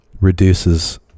reduces